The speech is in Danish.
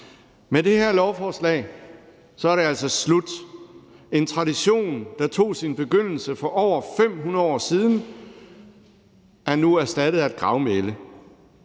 Med det her lovforslag er det altså slut. En tradition, der tog sin begyndelse for over 500 år siden, er nu erstattet af et gravmæle,